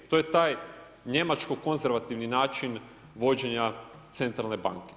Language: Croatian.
To je taj njemačko-konzervativni način vođenja centralne banke.